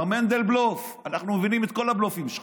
מר מנדלבלוף, אנחנו מבינים את כל הבלופים שלך.